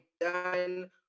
done